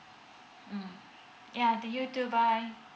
mm to you too bye